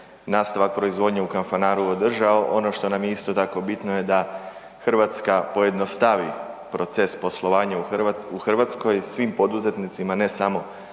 nastavak proizvodnje u Kanfanaru održao. Ono što nam je isto tako bitno da Hrvatska pojednostavi proces poslovanja u Hrvatskoj svim poduzetnicima, ne samo